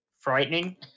frightening